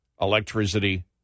electricity